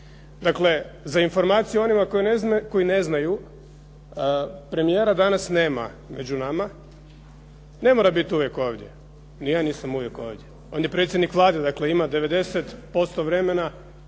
Dakle, za informaciju onima koji ne znaju, premijera danas nema među nama, ne mora biti uvijek ovdje, niti ja nisam uvijek ovdje, on je predsjednik Vlade, dakle ima 90% vremena